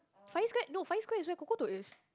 Far-East-Square no Far-East-Square is where Cocoto is